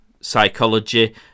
psychology